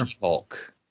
Hulk